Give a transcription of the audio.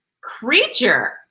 creature